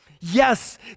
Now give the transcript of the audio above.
Yes